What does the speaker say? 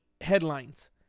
headlines